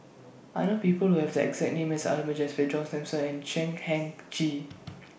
I know People Who Have The exact name as Ahmad Jaafar John Thomson and Chan Heng Chee